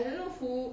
I don't know who